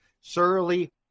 surly